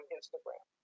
Instagram